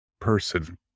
person